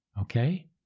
Okay